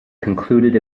concluded